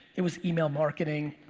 it was email marketing.